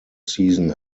season